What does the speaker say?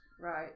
Right